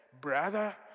brother